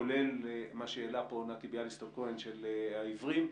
כולל מה שהעלה פה נתי ביאליסטוק קודם לגבי העיוורים,